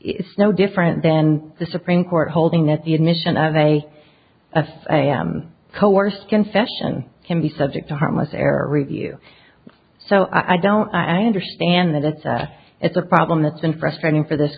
it's no different than the supreme court holding that the admission of a coerced confession can be subject to harmless error review so i don't i understand that it's a it's a problem that's been frustrating for this